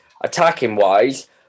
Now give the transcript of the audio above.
attacking-wise